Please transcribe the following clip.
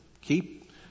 keep